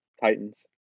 Titans